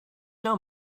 now